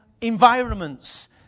environments